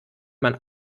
man